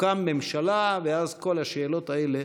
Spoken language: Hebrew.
תוקם ממשלה, ואז כל השאלות האלה,